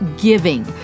giving